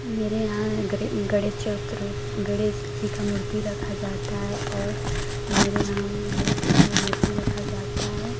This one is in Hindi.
मेरे यहाँ गणे गणेश चौठ हो गणेश जी की मूर्ति रखी जाती है और मेरे यहाँ गणेश जी की मूर्ति रखी जाती है